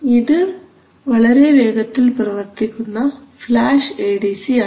ഇത് വളരെ വേഗത്തിൽ പ്രവർത്തിക്കുന്ന ഫ്ലാഷ് എ ഡി സി ആണ്